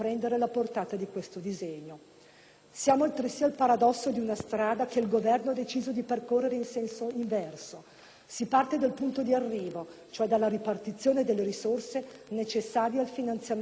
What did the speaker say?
Siamo altresì al paradosso di una strada che il Governo ha deciso di percorrere in senso inverso: si parte dal punto di arrivo, cioè dalla ripartizione delle risorse necessarie al finanziamento delle funzioni e dei servizi